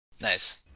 Nice